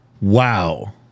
Wow